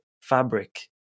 fabric